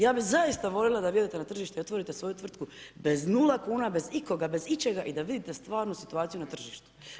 Ja bi zaista voljela da vidite na tržište i otvorite svoju tvrtku bez nula kuna, bez ikoga, bez ičega i da vidite stvarnu situaciju na tržištu.